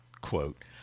quote